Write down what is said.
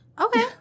Okay